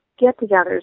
get-togethers